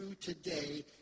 today